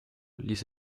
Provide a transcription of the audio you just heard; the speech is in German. ließ